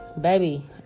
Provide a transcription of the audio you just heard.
Baby